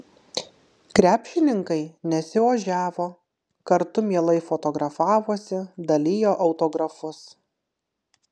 krepšininkai nesiožiavo kartu mielai fotografavosi dalijo autografus